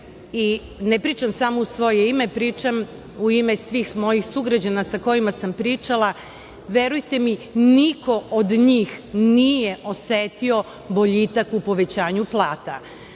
i ne pričam samo u svoje ime, pričam u ime svih mojih sugrađana sa kojima sam pričala. Verujte mi, niko od njih nije osetio boljitak u povećanju plata.